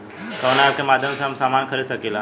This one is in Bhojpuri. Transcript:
कवना ऐपके माध्यम से हम समान खरीद सकीला?